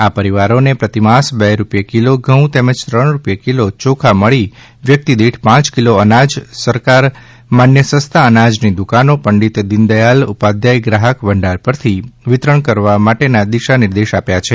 આ પરિવારોને પ્રતિમાસ બે રૂપિયે કિલો ઘઉં તેમજ ત્રણ રૂપિયે કિલો ચોખા મળી વ્યક્તિ દીઠ પાંચ કિલો અનાજ સરકાર માન્ય સસ્તા અનાજની દુકાનો પંડિત દિન દયાલ ઉપાધ્યાય ગ્રાહક ભંડાર પરથી વિતરણ કરવા માટેના દિશા નિર્દેશો આપ્યા છે